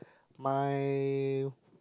my